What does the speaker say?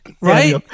right